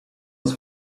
its